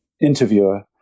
interviewer